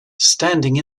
standing